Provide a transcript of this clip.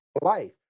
life